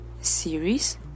series